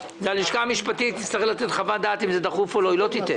הלשכה המשפטית תצטרך לתת חוות דעת אם זה דחוף או לא היא לא תיתן.